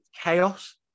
Chaos